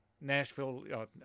Nashville